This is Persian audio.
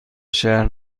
شهر